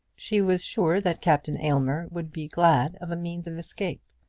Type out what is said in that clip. she was sure that captain aylmer would be glad of a means of escape,